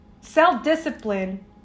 Self-discipline